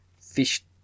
fish